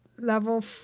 level